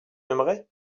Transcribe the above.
aimerais